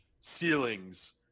ceilings